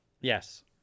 Yes